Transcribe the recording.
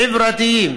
חברתיים